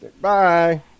bye